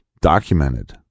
documented